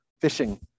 fishing